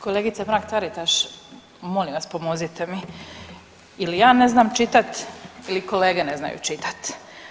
Kolegice Mrak Taritaš, molim vas pomozite mi ili ja ne znam čitati ili kolege ne znaju čitati.